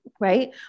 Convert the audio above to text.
right